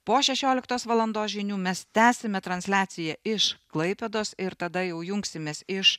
po šešioliktos valandos žinių mes tęsime transliaciją iš klaipėdos ir tada jau jungsimės iš